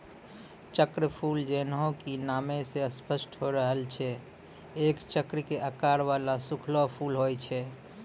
चक्रफूल जैन्हों कि नामै स स्पष्ट होय रहलो छै एक चक्र के आकार वाला सूखलो फूल होय छै